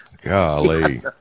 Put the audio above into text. Golly